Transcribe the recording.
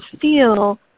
feel